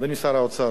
אני גר באופקים,